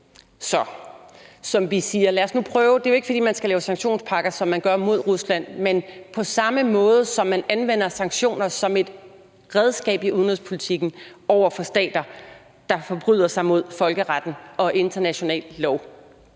lande og siger: Lad os nu prøve. Det er jo ikke, fordi man skal lave sanktionspakker, som man gør mod Rusland, men det ville være på samme måde, som når man anvender sanktioner som et redskab i udenrigspolitikken over for stater, der forbryder sig mod folkeretten og international lov.